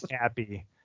happy